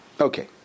Okay